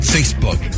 Facebook